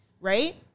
right